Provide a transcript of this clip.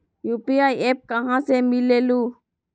UPI app कहा से मिलेलु?